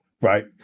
right